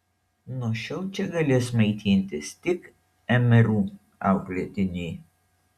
nuo šiol čia galės maitintis tik mru auklėtiniai